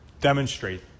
demonstrate